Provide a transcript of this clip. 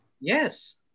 Yes